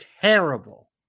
terrible